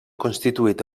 constituït